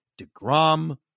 DeGrom